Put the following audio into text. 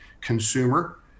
consumer